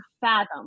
fathom